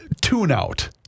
tune-out